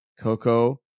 Coco